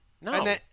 No